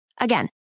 Again